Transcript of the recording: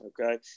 okay